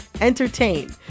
entertain